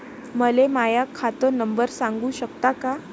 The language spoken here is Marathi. मले माह्या खात नंबर सांगु सकता का?